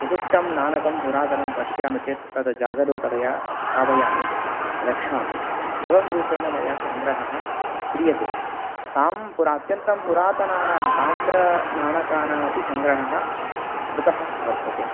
विशिष्टं नानकं पुरातनं पश्यामि चेत् तद् जागरूकतया स्थापयामि रक्षामि एवं रूपेण मया सङ्ग्रहः क्रियते ताम् पुरा अत्यन्तं पुरातनानां ताम्रनाणकानाम् अपि सङ्ग्रहः कृतः वर्तते